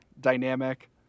dynamic